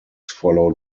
followed